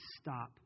stop